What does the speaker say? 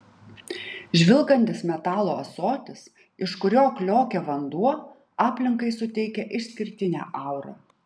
žvilgantis metalo ąsotis iš kurio kliokia vanduo aplinkai suteikia išskirtinę aurą